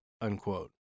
unquote